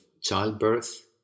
childbirth